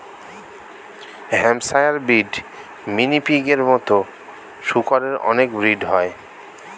Hampshire breed, mini পিগের মতো শুকরের অনেক ব্রিড হয়